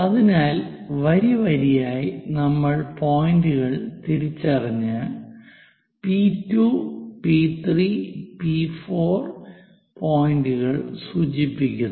അതിനാൽ വരിവരിയായി നമ്മൾ പോയിന്റുകൾ തിരിച്ചറിഞ്ഞ് P 2 P 3 P 4 P2 P3 P4 പോയിന്റുകൾ സൂചിപ്പിക്കുന്നു